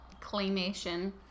claymation